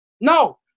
No